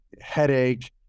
headache